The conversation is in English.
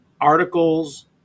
articles